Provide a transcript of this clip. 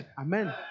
Amen